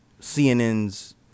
CNN's